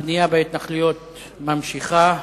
הבנייה בהתנחלויות נמשכת,